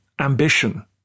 ambition